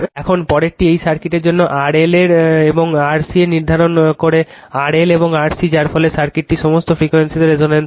এখন পরেরটি এই সার্কিটের জন্য RL এবং RC নির্ধারণ করে RL এবং RC যার ফলে সার্কিটটি সমস্ত ফ্রিকোয়েন্সিতে রেজোনেন্স হয়